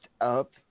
up